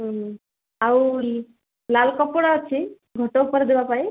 ହୁଁ ଆଉ ଲାଲ କପଡ଼ା ଅଛି ଘଟ ଉପରେ ଦେବା ପାଇଁ